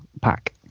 pack